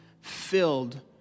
filled